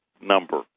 number